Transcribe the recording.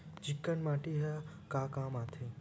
चिकना माटी ह का काम आथे?